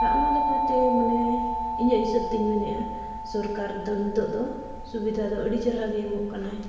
ᱚᱱᱟ ᱞᱮᱠᱟᱛᱮ ᱢᱟᱱᱮ ᱤᱧᱟᱹᱜ ᱦᱤᱥᱟᱹᱵᱽ ᱛᱤᱧ ᱢᱮᱱᱮᱜᱼᱟ ᱥᱚᱨᱠᱟᱨ ᱫᱚ ᱱᱤᱛᱳᱜ ᱫᱚ ᱥᱩᱵᱤᱫᱷᱟ ᱫᱚ ᱟᱹᱰᱤ ᱪᱮᱦᱨᱟ ᱜᱮ ᱮᱢᱚᱜ ᱠᱟᱱᱟᱭ